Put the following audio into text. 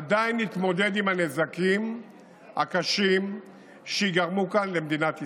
עדיין נתמודד עם הנזקים הקשים שייגרמו כאן למדינת ישראל.